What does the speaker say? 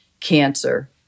cancer